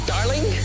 Darling